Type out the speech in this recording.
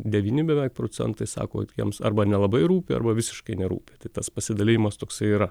devyni beveik procentai sako vat jiems arba nelabai rūpi arba visiškai nerūpi tai tas pasidalijimas toksai yra